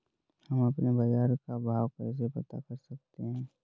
हम अपने बाजार का भाव कैसे पता कर सकते है?